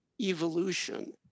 evolution